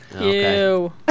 Ew